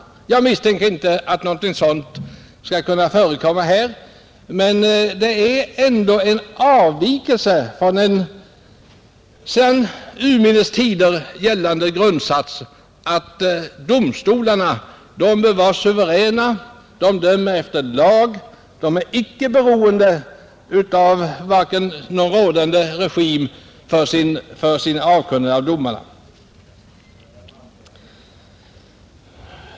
Jag misstänker inte att någonting sådant kan förekomma här, men det föreslås ändå en avvikelse från en sedan urminnes tider gällande grundsats att domstolar skall vara suveräna att döma efter lagen utan att vara beroende av den rådande regimen vid avkunnandet av sina domar.